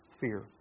fear